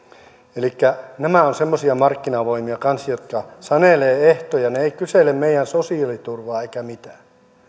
elikkä nämä ovat semmoisia markkinavoimia kanssa jotka sanelevat ehtoja ne eivät kysele meidän sosiaaliturvaa eivätkä mitään